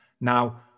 Now